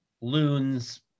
Loon's